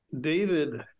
David